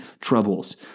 troubles